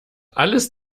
alles